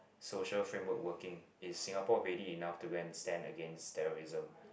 social framework working is Singapore ready enough to go and stand against terrorism